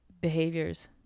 behaviors